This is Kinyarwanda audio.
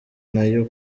n’ayo